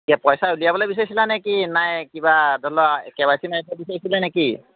এতিয়া পইচা উলিয়াব বিচাৰিছিলা নে কি নাই কিবা ধৰি লোৱা কে ৱাই চি বিচাৰিছিলে নে কি